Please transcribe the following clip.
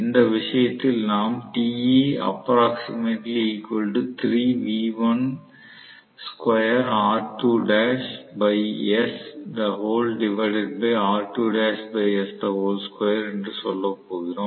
இந்த விஷயத்தில் நாம் என்று சொல்லப் போகிறோம்